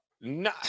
No